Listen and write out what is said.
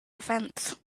defense